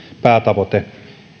päätavoite